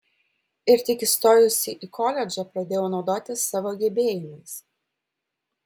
ir tik įstojusi į koledžą pradėjau naudotis savo gebėjimais